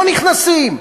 לא נכנסים.